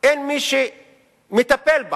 אין מי שמטפל בה